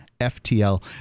FTL